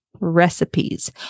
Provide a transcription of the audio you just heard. recipes